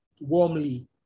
warmly